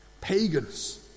Pagans